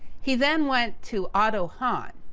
he then went to otto hahn,